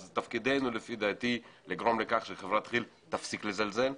אז תפקידנו לפי דעתי לגרום לכך שחברת כי"ל תפסיק לזלזל,